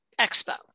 expo